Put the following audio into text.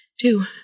Two